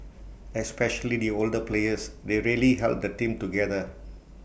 especially the older players they really held the team together